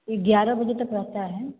यह ग्यारह बजे तक रहता है